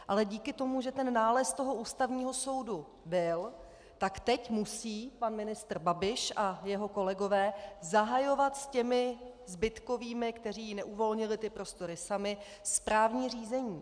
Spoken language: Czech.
Ale díky tomu, že ten nález Ústavního soudu byl, tak teď musí pan ministr Babiš a jeho kolegové zahajovat s těmi zbytkovými, kteří neuvolnili ty prostory sami, správní řízení.